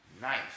nice